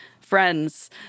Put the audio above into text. friends